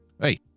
Hey